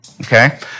Okay